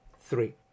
three